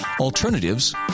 Alternatives